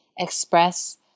express